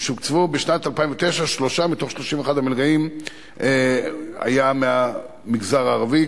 שקל שהוקצבו בשנת 2009. שלושה מתוך 31 המלגאים היו מהמגזר הערבי,